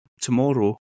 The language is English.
Tomorrow